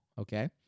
okay